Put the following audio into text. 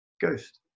ghost